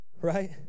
right